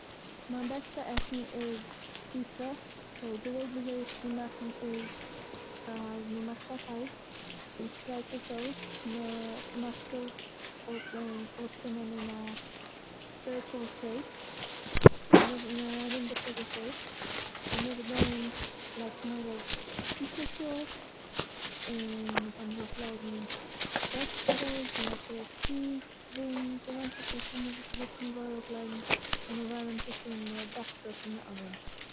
מיין בעסטע עסן איז פיצא, סו די וועג וויאזוי עס צו מאכן איז, אז מ'מאכט א טייג, מ'שפרייט עס אויס, מ'מאכט עס אויסזעהן- אויסקומען אין א סירקל שעיפ און נאך- ארום די שעיפ, און נאכדעם לייגט מען ארויף פיצא סורס און מען קען ארויפלייגן וועדזשטעיבלס מען לייגט ארויף טשיז ס'ווענדט זיך וויפיל- וואס מ'וויל ארויפלייגן, מען ווארעמט עס אן מען באקט עס אין די אווען